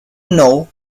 known